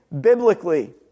biblically